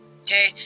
Okay